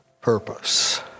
purpose